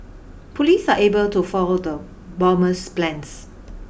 police are able to foil the bomber's plans